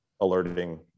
alerting